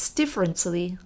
differently